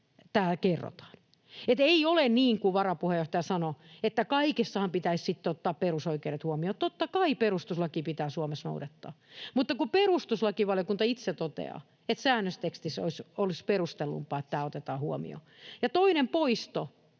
tämä kerrotaan. Ei ole niin kuin varapuheenjohtaja sanoi, että kaikessahan pitäisi sitten ottaa perusoikeudet huomioon ja totta kai perustuslakia pitää Suomessa noudattaa. Mutta kun perustuslakivaliokunta itse toteaa, että säännöstekstissä olisi perustellumpaa, että tämä otetaan huomioon. Toinen poisto,